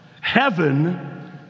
Heaven